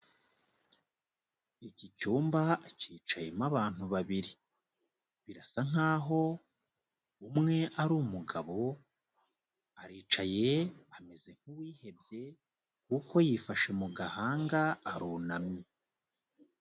Iki cyumba kicayemo abantu babiri. Birasa nk'aho umwe ari umugabo, aricaye, ameze nk'uwihebye kuko yifashe mu gahanga arunamye.